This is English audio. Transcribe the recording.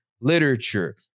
literature